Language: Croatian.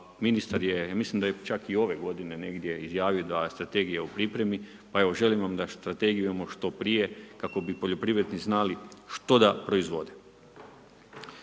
ministar je, ja mislim da je čak i ove g. negdje izjavio da je strategija u pripremi, pa evo, želim vam da strategiju imamo što prije, kako bi poljoprivrednici znali što proizvode.